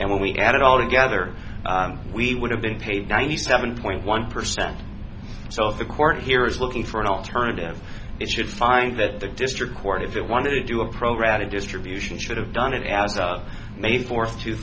and when we add it all together we would have been paid ninety seven point one percent so if the court here is looking for an alternative it should find that the district court if it wanted to do a pro rata distribution should have done it as of may fourth two